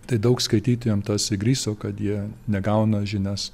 tai daug skaitytojam tas įgriso kad jie negauna žinias